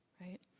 right